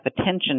attention